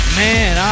man